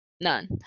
none